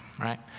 right